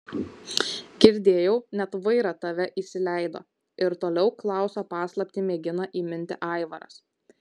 girdėjau net vaira tave įsileido ir toliau klauso paslaptį mėgina įminti aivaras